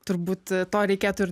turbūt to reikėtų ir